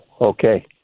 Okay